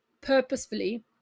purposefully